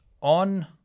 on